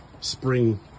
spring